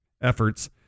efforts